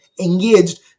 engaged